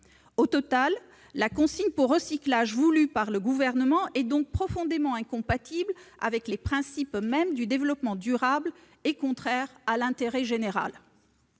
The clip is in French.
Au final, la consigne pour recyclage voulue par le Gouvernement est donc profondément incompatible avec les principes mêmes du développement durable et contraire à l'intérêt général.